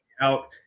out